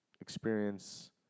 experience